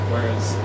Whereas